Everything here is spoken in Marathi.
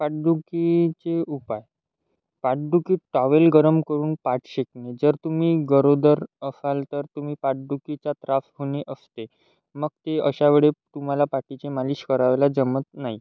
पाठदुखीचे उपाय पाठदुखीत टॉवेल गरम करून पाठ शेकणे जर तुम्ही गरोदर असाल तर तुम्ही पाठदुखीचा त्रास होणे असते मग ते अशावेळेस तुम्हाला पाठीची मालिश करायला जमत नाही